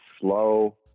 slow